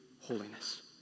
holiness